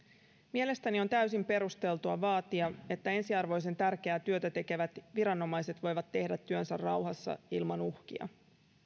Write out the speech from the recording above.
mielestäni on täysin perusteltua vaatia että ensiarvoisen tärkeää työtä tekevät viranomaiset voivat tehdä työnsä rauhassa ilman uhkia